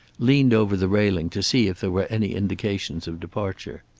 leaned over the railing to see if there were any indications of departure.